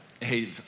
Hey